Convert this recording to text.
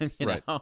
right